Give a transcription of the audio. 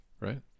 right